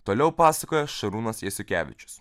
toliau pasakojo šarūnas jasiukevičius